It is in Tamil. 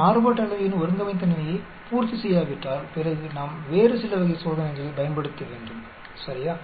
மாறுபாட்டு அளவையின் ஒருங்கமைத்தன்மையை பூர்த்தி செய்யாவிட்டால் பிறகு நாம் வேறு சில வகை சோதனைகளைப் பயன்படுத்த வேண்டும் சரியா